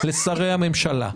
לשרי הממשלה,